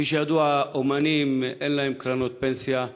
כפי שידוע, אין לאמנים קרנות פנסיה,